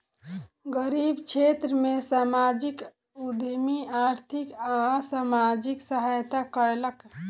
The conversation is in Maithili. गरीब क्षेत्र में सामाजिक उद्यमी आर्थिक आ सामाजिक सहायता कयलक